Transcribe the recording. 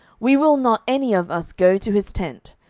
we will not any of us go to his tent,